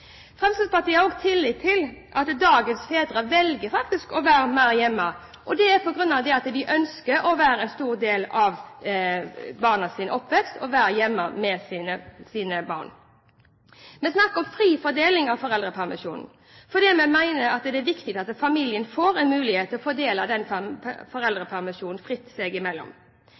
Fremskrittspartiet har også tillit til at dagens fedre velger å være mer hjemme med sine barn på grunn av at de ønsker å være en stor del av barnas oppvekst. Vi snakker om fri fordeling av foreldrepermisjonen, for vi mener at det er viktig at familien får en mulighet til å fordele foreldrepermisjonen fritt seg imellom.